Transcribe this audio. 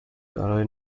برای